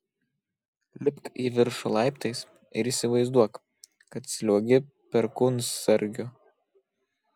lipk į viršų laiptais ir įsivaizduok kad sliuogi perkūnsargiu